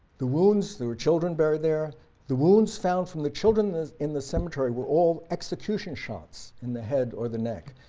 the wounds there were children buried there the wounds found from the children in the cemetery were all execution shots in the head or the neck.